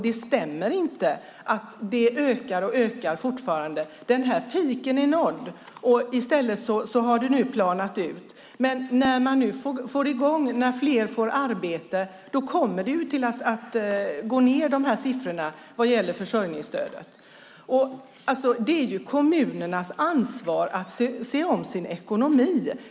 Det stämmer inte att antalet försörjningsstöd fortfarande ökar. Peaken är nådd, och det har planat ut. När fler får arbete kommer siffrorna för försörjningsstöd att gå ned. Det är kommunernas ansvar att se om sin ekonomi.